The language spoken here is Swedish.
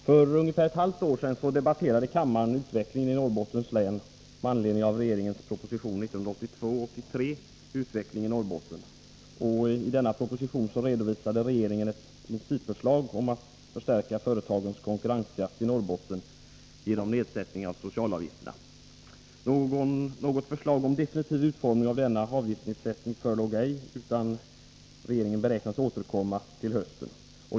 Fru talman! För ungefär ett halvt år sedan debatterade kammaren utvecklingen i Norrbottens län med anledning av regeringens proposition 1982/83 om utvecklingen i Norrbotten. I den propositionen redovisade regeringen ett principförslag om att förstärka företagens konkurrenskraft i Norrbotten genom en nedsättning av socialavgifterna. Något förslag om definitiv utformning av denna avgiftsnedsättning förelåg ej, utan regeringen beräknades återkomma till hösten med ett sådant.